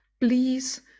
please